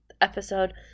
episode